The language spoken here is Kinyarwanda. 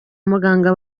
muganga